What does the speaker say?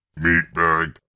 Meatbag